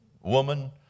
woman